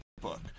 book